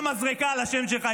לא תהיה מזרקה על השם שלך.